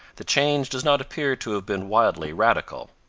the change does not appear to have been wildly radical.